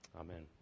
Amen